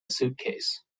suitcase